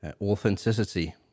Authenticity